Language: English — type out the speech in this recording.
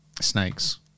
Snakes